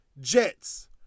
Jets